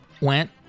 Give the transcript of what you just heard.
went